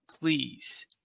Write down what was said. Please